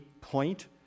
point